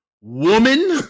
woman